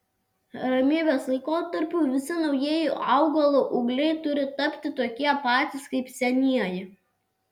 ramybės laikotarpiu visi naujieji augalo ūgliai turi tapti tokie patys kaip senieji